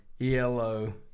ELO